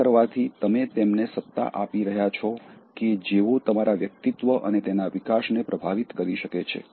તેમ કરવાથી તમે તેમને સત્તા આપી રહયા છો કે જેઓ તમારા વ્યક્તિત્વ અને તેના વિકાસને પ્રભાવિત કરી શકે છે